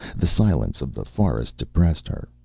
the silence of the forest depressed her.